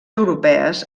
europees